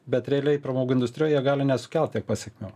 bet realiai pramogų industrijoj jie gali nesukelt tiek pasekmių